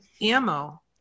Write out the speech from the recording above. ammo